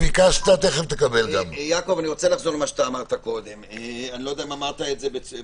אם אמרת את זה